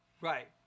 Right